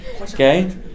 okay